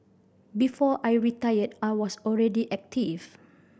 before I retired I was already active